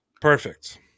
Perfect